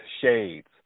shades